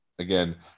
Again